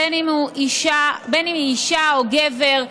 בין שהיא אישה ובין גבר,